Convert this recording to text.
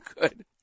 good